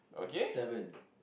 seven